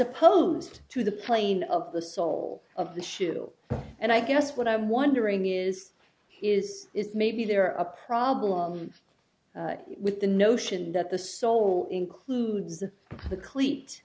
opposed to the plane of the sole of the shoe and i guess what i'm wondering is is it maybe there a problem with the notion that the soul includes the cleat